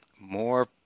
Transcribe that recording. more